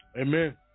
amen